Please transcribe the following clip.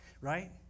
Right